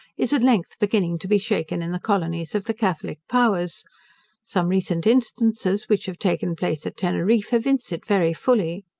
is at length beginning to be shaken in the colonies of the catholic powers some recent instances which have taken place at teneriffe, evince it very fully.